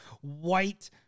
white